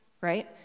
right